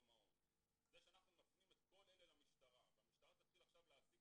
זה שאנחנו מפנים את כל אלה למשטרה והמשטרה תתחיל להעסיק